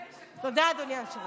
תודה, אדוני היושב-ראש.